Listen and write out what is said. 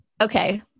Okay